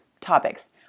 topics